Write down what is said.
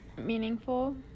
meaningful